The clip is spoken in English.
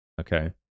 Okay